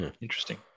interesting